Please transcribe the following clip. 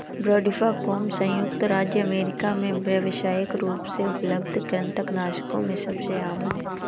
brodifacoum संयुक्त राज्य America में व्यावसायिक रूप से उपलब्ध कृंतकनाशकों में सबसे आम है